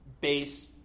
base